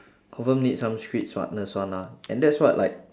confirm need some street smartness one ah and that's what like